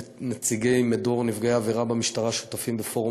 נציגי מדור נפגעי עבירה במשטרה שותפים בפורום